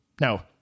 Now